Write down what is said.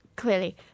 Clearly